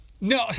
No